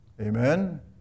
Amen